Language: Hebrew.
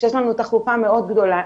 כשיש לנו תחלופה מאוד גדולה.